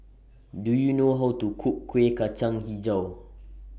Do YOU know How to Cook Kueh Kacang Hijau